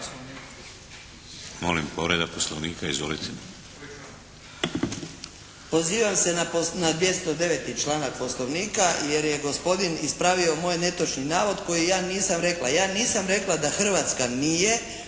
Molim povreda Poslovnika. Izvolite!